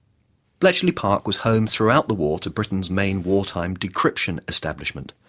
bletchley park was home throughout the war to britain's main wartime decryption establishment,